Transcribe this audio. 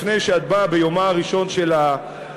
לפני שאת באה ביומה הראשון של הממשלה